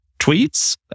tweets